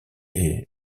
est